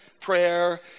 prayer